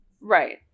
Right